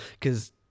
because-